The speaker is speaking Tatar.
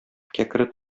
кәкре